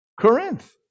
Corinth